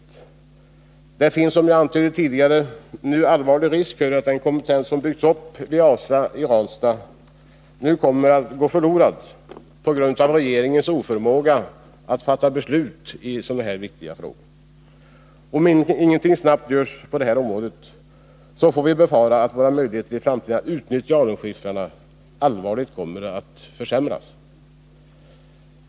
Det finns nämligen, som jag antydde tidigare, en allvarlig risk för att den kompetens som byggts upp vid ASA i Ranstad nu kommer att gå förlorad på grund av regeringens oförmåga att fatta beslut i sådana här viktiga frågor. Om ingenting snabbt görs på detta område, får vi befara att våra möjligheter att i framtiden utnyttja alunskiffrarna allvarligt kommer att försämras.